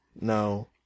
No